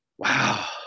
Wow